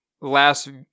last